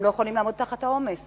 הם לא יכולים לעמוד בעומס